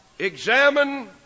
Examine